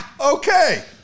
okay